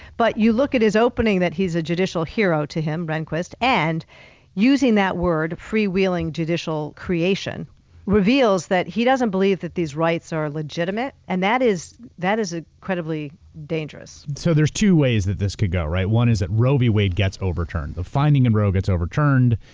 but you look at his opening that he's a judicial hero to him, renquist and using that word, free-wheeling judicial creation reveals that he doesn't believe that these rights are legitimate and that is that is ah incredibly dangerous. so there's two ways that this could go, right? one is that roe v. wade gets overturned. finding that and roe gets overturned,